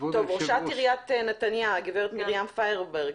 ראשת עיריית נתניה, הגברת מרים פיירברג.